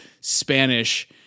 Spanish